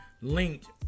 linked